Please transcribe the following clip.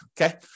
okay